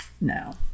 No